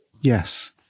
Yes